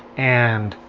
and